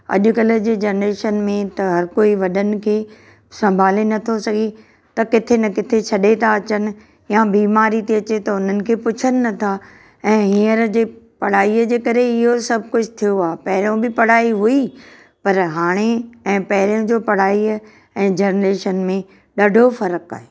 अॼकल्ह जे जनरेशन में त हर कोई वॾनि खे संभाले नथो सघे त किथे न किथे छ्ॾे था अचनि या बिमारी थी अचे त हुननि खे पुछनि नथा ऐं हींअर जे पढ़ाईअ जे करे इहो सभु कुझु थियो आहे पहिरियों बि पढ़ाई हुई पर हाणे ऐं पहिरियों जे पढ़ाईअ ऐं जनरेशन में ॾाढो फ़रकु आहे